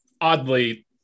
oddly